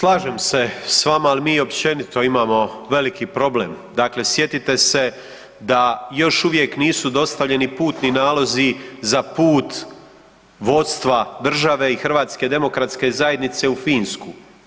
Slažem se s vama ali mi općenito imamo veliki problem, dakle sjetite se da još uvijek nisu dostavljeni putni nalozi za put vodstva države i HDZ-a u Finsku.